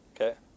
Okay